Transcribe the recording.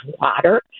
water